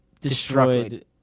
destroyed